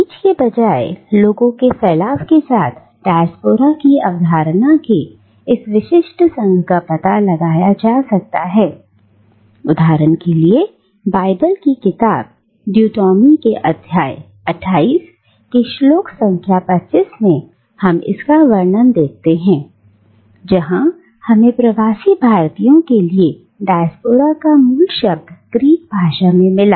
बीज के बजाय लोगों के फैलाव के साथ डायस्पोरा की अवधारणा के इस विशिष्ट संघ का पता लगाया जा सकता है उदाहरण के लिए बाइबल की किताब ड्यूटोनोमी के अध्याय 28 के श्लोक संख्या 25 में हम इसका वर्णन देखते हैं जहां हमें प्रवासी भारतीयों के लिए डायस्पोरा का मूल शब्द ग्रीक भाषा में मिला